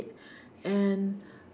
and